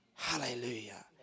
Hallelujah